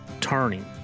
turning